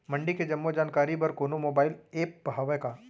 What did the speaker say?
मंडी के जम्मो जानकारी बर कोनो मोबाइल ऐप्प हवय का?